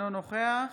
אינו נוכח